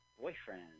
boyfriend